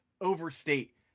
overstate